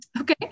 okay